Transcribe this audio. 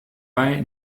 bei